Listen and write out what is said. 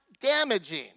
damaging